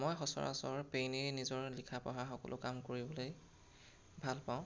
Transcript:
মই সচৰাচৰ পেনেৰেই নিজৰ লিখা পঢ়া সকলো কাম কৰিবলৈ ভাল পাওঁ